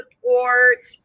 support